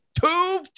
Two